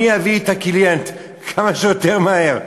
מי יביא את הקליינט כמה שיותר מהר.